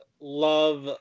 love